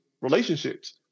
relationships